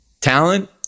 talent